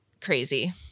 crazy